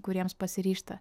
kuriems pasiryžta